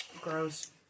Gross